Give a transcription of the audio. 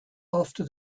after